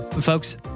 Folks